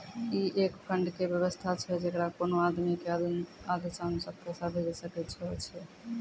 ई एक फंड के वयवस्था छै जैकरा कोनो आदमी के आदेशानुसार पैसा भेजै सकै छौ छै?